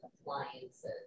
appliances